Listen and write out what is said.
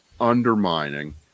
undermining